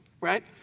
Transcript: right